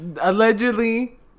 allegedly